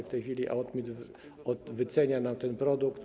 W tej chwili AOTMiT wycenia na ten produkt.